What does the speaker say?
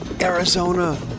Arizona